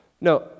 No